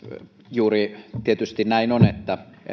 juuri näin tietysti on että